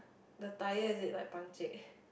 the tyre is it like punchek